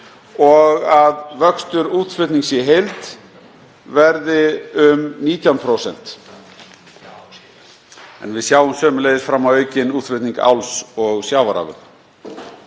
og að vöxtur útflutnings í heild verði um 19%. Við sjáum sömuleiðis fram á aukinn útflutning áls og sjávarafurða.